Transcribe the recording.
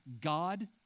God